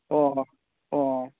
ꯑꯣ ꯑꯣ